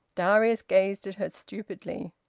darius gazed at her stupidly.